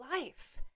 life